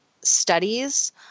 studies